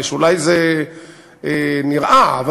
אולי זה נראה רחוק,